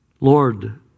Lord